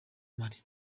mali